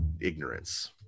ignorance